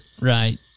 Right